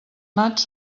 nats